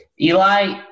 Eli